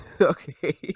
Okay